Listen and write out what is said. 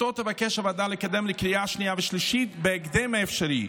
ואותו תבקש הוועדה לקדם לקריאה שנייה ושלישית בהקדם האפשרי.